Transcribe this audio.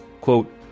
quote